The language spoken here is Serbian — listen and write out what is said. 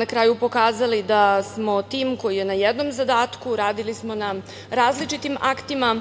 na kraju pokazali da smo tim koji je na jednom zadatku. Radili smo na različitim aktima,